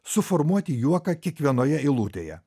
suformuoti juoką kiekvienoje eilutėje